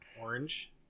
orange